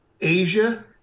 Asia